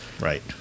Right